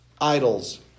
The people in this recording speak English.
idols